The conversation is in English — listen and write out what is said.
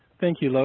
thank you, lois,